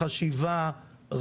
חשיבה,